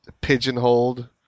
pigeonholed